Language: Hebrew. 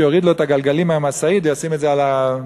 שיוריד לו את הגלגלים מהמשאית וישים את זה בבגאז'.